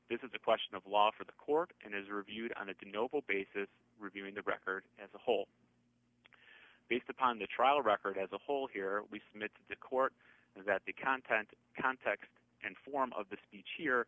this is a question of law for the court and is reviewed on a do no basis reviewing the record as a whole based upon the trial record as a whole here we submit to the court that the content context and form of the speech here